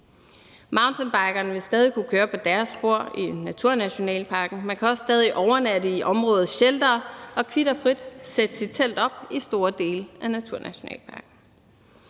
Mountainbikerne vil stadig kunne køre på deres spor i naturnationalparken, og man kan også stadig overnatte i områdets sheltere og kvit og frit sætte sit telt op i store dele af naturnationalparken.